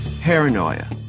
paranoia